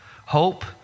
hope